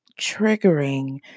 triggering